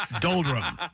doldrum